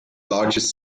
largest